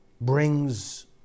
brings